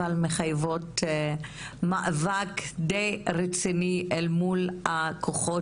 אבל מחייבות מאבק מאוד רציני אל מול הכוחות